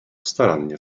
starannie